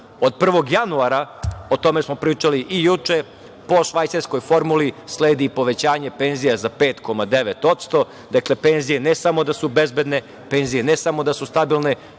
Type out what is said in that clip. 1. januara, o tome smo pričali i juče, po švajcarskoj formuli, sledi povećanje penzija za 5,9%. Dakle, penzije ne samo da su bezbedne, penzije ne samo da su stabilne,